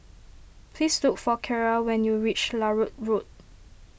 please look for Keira when you reach Larut Road